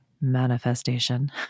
manifestation